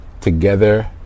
together